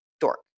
dork